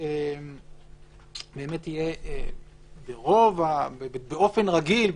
יהיה באופן רגיל,